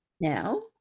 now